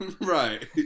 Right